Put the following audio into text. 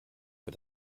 für